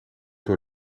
door